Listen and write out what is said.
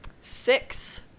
six